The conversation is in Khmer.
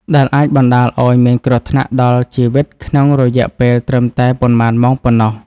ដែលអាចបណ្តាលឱ្យមានគ្រោះថ្នាក់ដល់ជីវិតក្នុងរយៈពេលត្រឹមតែប៉ុន្មានម៉ោងប៉ុណ្ណោះ។